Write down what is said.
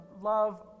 love